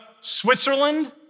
Switzerland